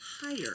higher